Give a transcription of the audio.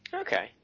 Okay